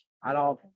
Alors